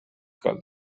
colour